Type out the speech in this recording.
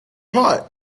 pot